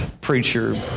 preacher